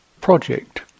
project